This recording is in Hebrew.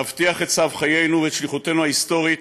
נבטיח את צו חיינו ואת שליחותנו ההיסטורית,